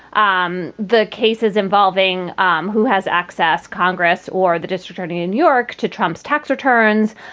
um the cases involving um who has access congress or the district attorney in york to trump's tax returns.